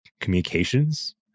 communications